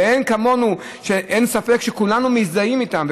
ואין ספק שכולנו מזדהים איתן,